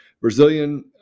Brazilian